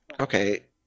Okay